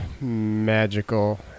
magical